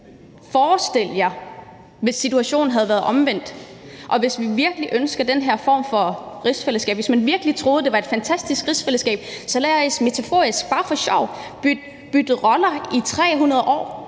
forestille jer, at situationen havde været omvendt; hvis vi virkelig ønsker den her form for rigsfællesskab, og hvis man virkelig tror, det er et fantastisk rigsfællesskab, så lad os som et billede bare for sjov bytte roller i 300 år.